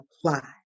apply